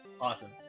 Awesome